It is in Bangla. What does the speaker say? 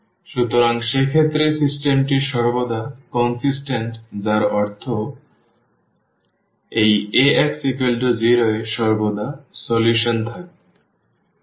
সুতরাং সেক্ষেত্রে সিস্টেমটি সর্বদা সামঞ্জস্যপূর্ণ যার অর্থ এই Ax 0 এ সর্বদা একটি সমাধান থাকবে